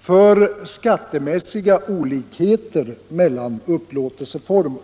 för skattemässiga olikheter mellan upplåtelseformer.